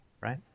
right